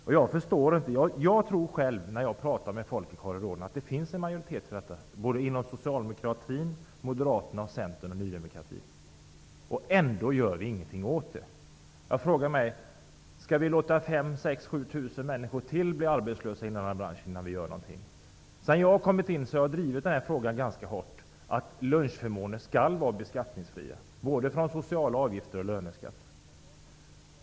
Jag har pratat med folk i korridorerna, och jag tror att det finns en majoritet för ett sådant förslag hos Socialdemokraterna, Moderata samlingspartiet, Centern och Ny demokrati, och ändå gör vi ingenting åt det. Skall vi låta 5 000--7 000 människor till bli arbetslösa i den här branschen innan vi gör något? Jag har sedan jag kom in i riksdagen ganska hårt drivit frågan att lunchförmåner skall vara fria från beskattning både vad avser sociala avgifter och löneskatter.